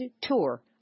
tour